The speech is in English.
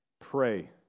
pray